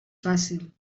fàcil